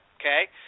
okay